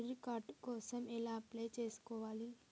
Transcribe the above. Credit card కోసం ఎలా apply చేసుకోవాలి?